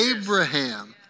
Abraham